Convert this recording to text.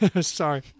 Sorry